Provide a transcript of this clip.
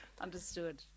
Understood